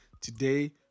Today